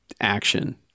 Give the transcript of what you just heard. action